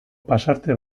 pasarte